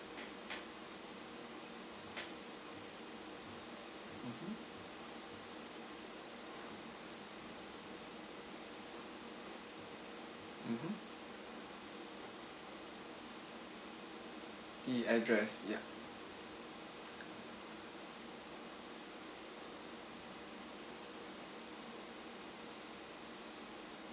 mmhmm mmhmm the address yes